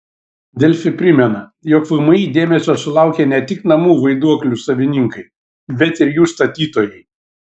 delfi primena jog vmi dėmesio sulaukė ne tik namų vaiduoklių savininkai bet ir jų statytojai